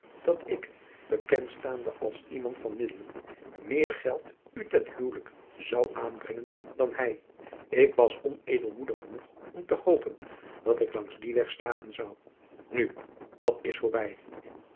dat ik bekend staande als iemand van middelen meer geld u ten huwelijk zou aanbrengen dan hij k was onedelmoedig genoeg om te hopen dat ik langs dien weg slagen zou nu dat is voorbij